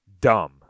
dumb